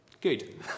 Good